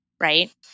Right